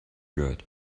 got